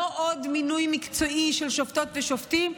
לא עוד מינוי מקצועי של שופטות ושופטים,